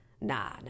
nah